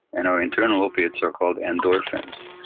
and our internal opiates are called endorphins,